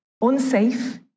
unsafe